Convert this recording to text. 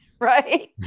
right